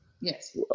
yes